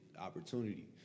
opportunity